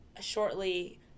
shortly